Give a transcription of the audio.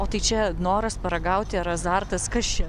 o tai čia noras paragauti ar azartas kas čia